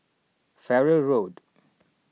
Farrer Road